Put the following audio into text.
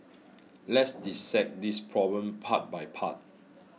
let's dissect this problem part by part